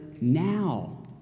now